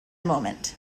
moment